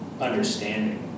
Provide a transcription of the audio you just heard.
understanding